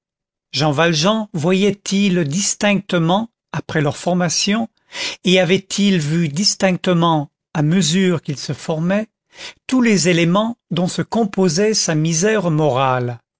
jean valjean voyait-il distinctement après leur formation et avait-il vu distinctement à mesure qu'ils se formaient tous les éléments dont se composait sa misère morale